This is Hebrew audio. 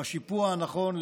בשיפוע הנכון,